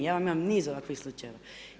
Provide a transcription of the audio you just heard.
Ja vam imam niz ovakvih slučajeva.